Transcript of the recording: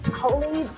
holy